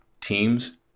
teams